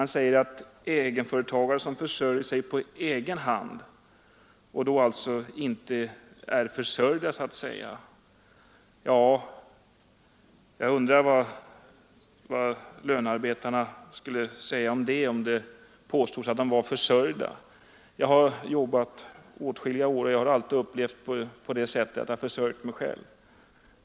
Han sade att egenföretagare försörjer sig på egen hand — och inte är försörjda. Jag undrar vad lönearbetarna skulle säga om det påstods att de var försörjda. Jag har jobbat under åtskilliga år och jag har alltid upplevt att jag försörjer mig själv.